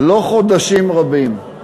לא חודשים רבים.